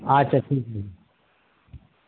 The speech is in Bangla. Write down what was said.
আচ্ছা ঠিক আছে